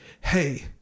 hey